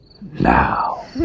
now